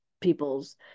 people's